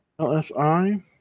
LSI